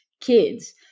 kids